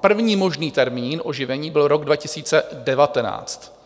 První možný termín oživení byl rok 2019,